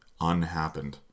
Unhappened